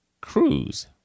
Cruise